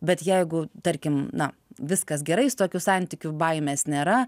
bet jeigu tarkim na viskas gerai su tokiu santykiu baimės nėra